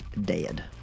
dead